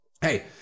hey